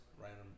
random